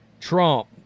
Trump